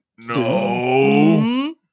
No